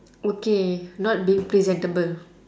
okay not being presentable